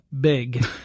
big